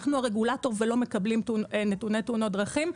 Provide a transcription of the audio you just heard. אנחנו הרגולטור ואנחנו לא מקבלים נתוני תאונות דרכים.